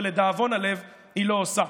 ולדאבון הלב היא לא עושה.